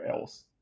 else